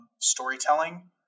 storytelling